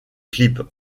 clips